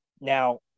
Now